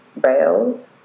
rails